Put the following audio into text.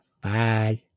bye